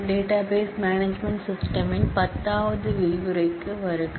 database management system ன் பத்தாவது விரிவுரைக்கு வருக